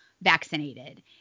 vaccinated